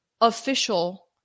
Official